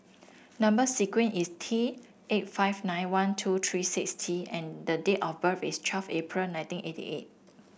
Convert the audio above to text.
number sequence is T eight five nine one two three six T and date of birth is twelve April nineteen eighty eight